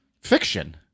Fiction